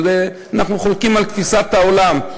אבל אנחנו חולקים על תפיסת העולם.